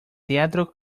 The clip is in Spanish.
teatro